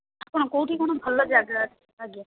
ଆପଣ କେଉଁଠି କ'ଣ ଭଲ ଯାଗା ଅଛି ଆଜ୍ଞା